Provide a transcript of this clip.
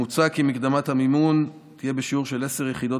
מוצע כי מקדמת המימון תהיה בשיעור של עשר יחידות